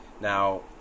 Now